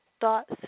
thoughts